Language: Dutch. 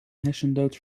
hersendood